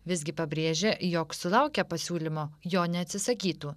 visgi pabrėžia jog sulaukę pasiūlymo jo neatsisakytų